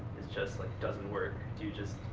just like doesn't work? do you just,